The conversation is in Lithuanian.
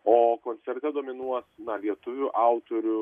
o koncerte dominuos na lietuvių autorių